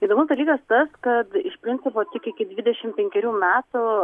įdomus dalykas tas kad iš principo tik iki dvidešim penkerių metų